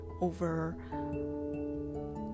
over